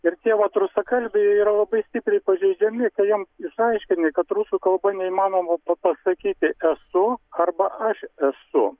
ir tie vat rusakalbiai jie yra labai stipriai pažeidžiami jiem išaiškini kad rusų kalba neįmanoma po to sakyti esu arba aš esu